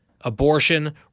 Abortion